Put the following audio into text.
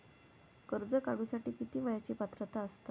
कर्ज काढूसाठी किती वयाची पात्रता असता?